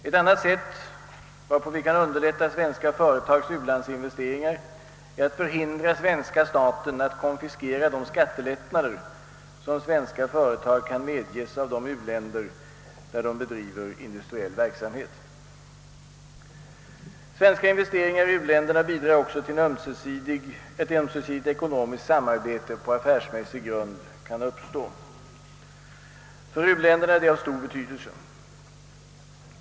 Ett annat sätt varpå vi kan underlätta svenska företags u-landsinvesteringar är att förhindra svenska staten att konfiskera de skattelättnader som kan medgivas svenska företag av de u-länder där företagen bedriver industriell verksamhet. Svenska investeringar i u-länderna bidrar också till att ett ömsesidigt ekonomiskt samarbete på affärsmässig grund kan uppstå. För u-länderna är detta av stor betydelse.